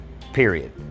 period